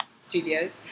studios